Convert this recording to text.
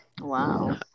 wow